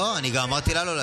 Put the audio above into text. לא לענות.